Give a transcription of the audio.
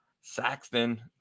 Saxton